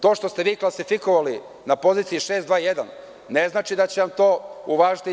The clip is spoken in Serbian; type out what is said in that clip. To što ste vi klasifikovali na poziciji 621, ne znači da će vam to uvažiti DRI.